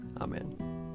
Amen